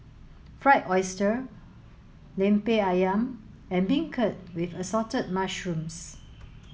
fried oyster Lemper Ayam and beancurd with assorted mushrooms